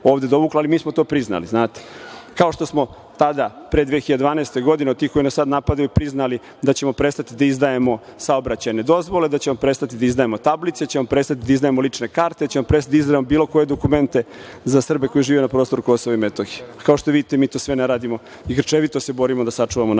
ovde dovuklo, ali mi smo to priznali, kao što smo tada, pre 2012. godine, od tih koji nas sada napadaju priznali da ćemo prestati da izdajemo saobraćajne dozvole, da ćemo prestati izdajemo tablice, da ćemo prestati da izdajemo lične karte, da ćemo prestati da izdajemo bilo koje dokumente za Srbe koji žive na prostoru Kosovu i Metohije. Kao što vidite mi to sve ne radimo i grčevito se borimo da sačuvamo naš